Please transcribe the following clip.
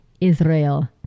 Israel